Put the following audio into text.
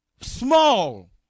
small